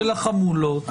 של החמולות.